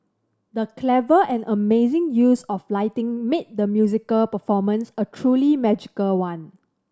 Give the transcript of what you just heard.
the clever and amazing use of lighting made the musical performance a truly magical one